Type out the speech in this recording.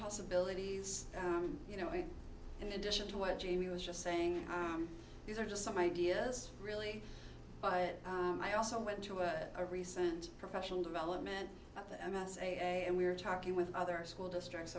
possibilities you know in addition to what jamie was just saying these are just some ideas really but i also went to a recent professional development at the n s a and we were talking with other school districts